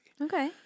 Okay